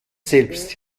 selbst